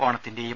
ഓണത്തിന്റെയും